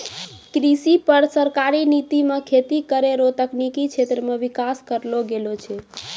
कृषि पर सरकारी नीति मे खेती करै रो तकनिकी क्षेत्र मे विकास करलो गेलो छै